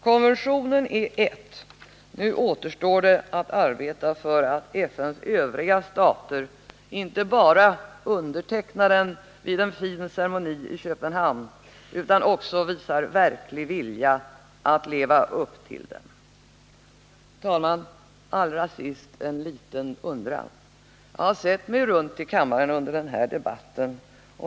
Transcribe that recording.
Konventionen är ett: nu återstår att arbeta för att FN:s övriga stater inte bara undertecknar den vid en fin ceremoni i Köpenhamn utan också visar verklig vilja att leva upp till den. Herr talman! Allra sist en liten reflexion. Jag har sett mig om i kammaren under den här debatten.